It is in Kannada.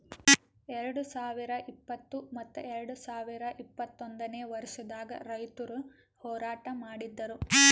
ಎರಡು ಸಾವಿರ ಇಪ್ಪತ್ತು ಮತ್ತ ಎರಡು ಸಾವಿರ ಇಪ್ಪತ್ತೊಂದನೇ ವರ್ಷದಾಗ್ ರೈತುರ್ ಹೋರಾಟ ಮಾಡಿದ್ದರು